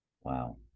Wow